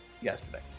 yesterday